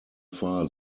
far